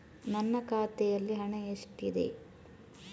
ನನ್ನ ಖಾತೆಯಲ್ಲಿ ಹಣ ಎಷ್ಟಿದೆ?